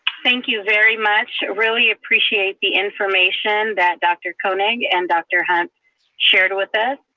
thank you very much. really appreciate the information that dr koenig and dr. hunt shared with us.